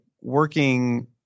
working